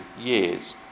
years